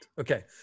okay